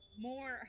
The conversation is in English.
more